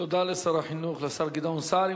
תודה לשר החינוך, לשר גדעון סער.